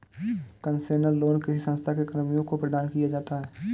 concessional loan किसी संस्था के कर्मियों को प्रदान किया जाता है